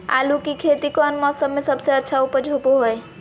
आलू की खेती कौन मौसम में सबसे अच्छा उपज होबो हय?